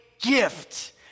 gift